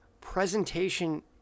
presentation